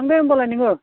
थांदो होमबालाय नोङो